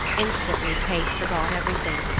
instantly kate forgot everything,